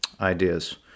ideas